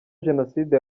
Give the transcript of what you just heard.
jenoside